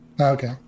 Okay